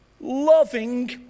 Loving